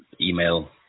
email